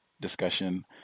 discussion